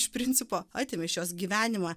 iš principo atėmė iš jos gyvenimą